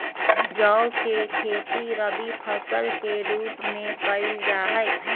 जौ के खेती रवि फसल के रूप में कइल जा हई